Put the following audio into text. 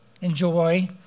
enjoy